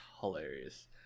hilarious